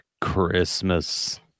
Christmas